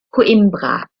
coimbra